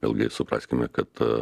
vėlgi supraskime kad